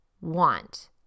Want